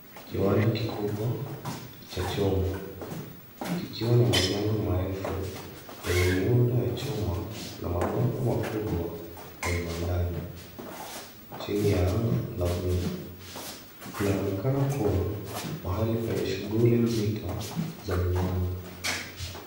Kiwanda kikubwa cha chuma kikiwa na majengo marefu yenye miundo ya chuma na mabomba makubwa ya viwandani, chini ya anga la buluu. Inaonekana kuwa mahali penye shuguli nzito ya viwanda.